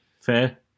fair